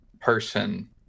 person